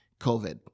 COVID